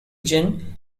gin